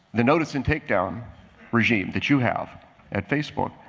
the notice and take down regime that you have at facebook,